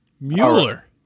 Mueller